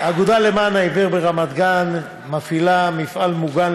"האגודה למען העיוור" ברמת-גן מפעילה מפעל מוגן